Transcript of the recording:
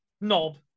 Knob